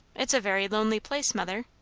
it's a very lonely place, mother.